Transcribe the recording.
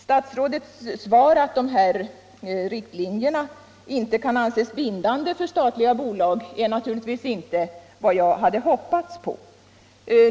Statsrådets svar att riktlinjerna inte kan anses bindande för statliga bolag är naturligtvis inte vad jag hade hoppats på.